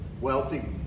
wealthy